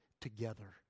together